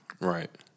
Right